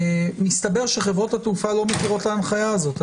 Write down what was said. מסתבר שחברות התעופה לא מכירות את ההנחיה הזאת.